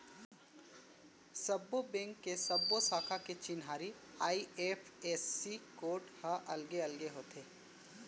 सब्बो बेंक के सब्बो साखा के चिन्हारी आई.एफ.एस.सी कोड ह अलगे अलगे होथे